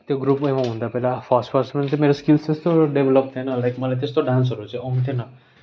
त्यो ग्रुपमा म हुँदा बेला फर्स्ट फर्स्ट हुन्थेँ मेरो स्किल्सहरू त्यस्तो डेभ्लप थिएन लाइक मलाई त्यस्तो डान्सहरू चाहिँ आउँथेन